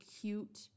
cute